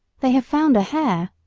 they have found a hare,